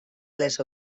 les